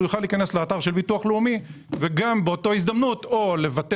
יוכל להיכנס לאתר של הביטוח הלאומי וגם באותה הזדמנות או לוותר